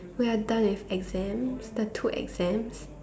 we are done with exams the two exams